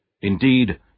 Indeed